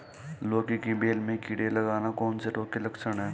लौकी की बेल में कीड़े लगना कौन से रोग के लक्षण हैं?